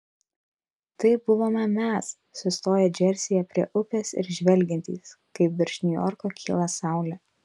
tai buvome mes sustoję džersyje prie upės ir žvelgiantys kaip virš niujorko kyla saulė